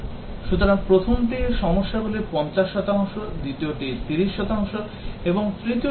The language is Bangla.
সুতরাং প্রথমটি সমস্যাগুলির 50 শতাংশ দ্বিতীয়টি 30 শতাংশ তৃতীয়টি 10 শতাংশ সনাক্ত করেছে